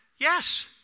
Yes